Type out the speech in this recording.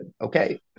okay